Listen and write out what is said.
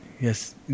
Yes